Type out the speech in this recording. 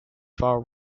far